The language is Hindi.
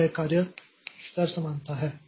तो यह कार्य स्तर समानता है